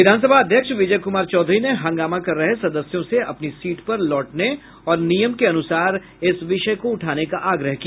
विधान सभा अध्यक्ष विजय कुमार चौधरी ने हंगामा कर रहे सदस्यों से अपनी सीट पर लौटने और नियम के अनुसार इस विषय को उठाने का आग्रह किया